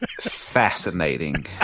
Fascinating